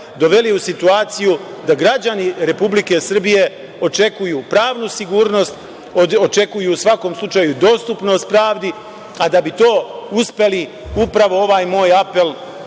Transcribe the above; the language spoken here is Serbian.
doveli u situaciju da građani Republike Srbije očekuju pravnu sigurnost, očekuju dostupnost pravdi. Da bi to uspeli, upravo ovaj moj apel